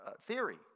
theory